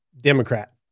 Democrat